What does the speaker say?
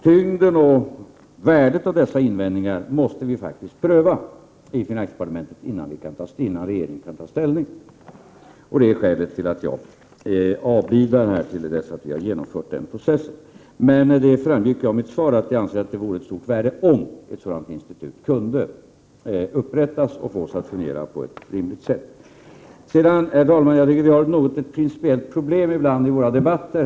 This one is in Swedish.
Tyngden i och värdet av dessa invändningar måste vi faktiskt pröva i finansdepartementet innan regeringen kan ta ställning i frågan. Detta är skälet till att jag avbidar till dess att vi har genomfört den processen. Men det framgick av mitt svar att jag anser att det vore av stort värde om ett sådant institut kunde upprättas och fås att fungera på ett rimligt sätt. Herr talman! Jag tycker att vi har ett principiellt problem ibland i våra debatter.